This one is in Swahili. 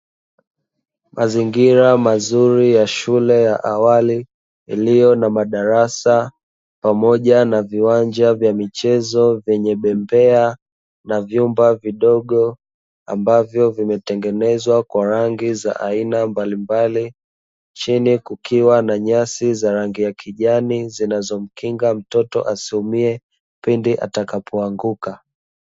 Mazingira mazuri ya shule ya awali iliyo na madarasa pamoja na viwanja vya michezo, vyenye bembea na vyumba vidogo; ambavyo vimetengenezwa kwa rangi za aina mbalimbali, chini kukiwa na nyasi za rangi ya kijani, zinazomkinga mtoto asiumie pindi atakapoanguka.